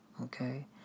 okay